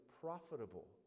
profitable